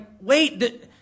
wait